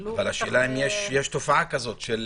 השאלה, אם יש תופעה כזו של